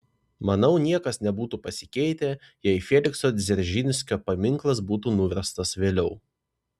manau niekas nebūtų pasikeitę jei felikso dzeržinskio paminklas būtų nuverstas vėliau